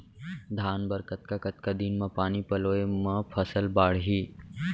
धान बर कतका कतका दिन म पानी पलोय म फसल बाड़ही?